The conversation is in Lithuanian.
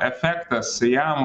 efektas jam